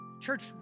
Church